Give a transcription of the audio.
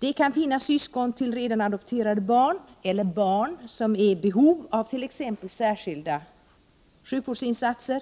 Det kan finnas syskon till redan adopterade barn eller barn som är i behov av t.ex. särskilda sjukvårdsinsatser